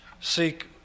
seek